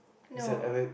no